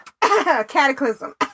Cataclysm